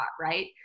right